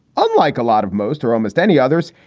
unlike a lot of most or almost any others,